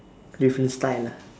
different style ah